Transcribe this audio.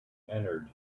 entered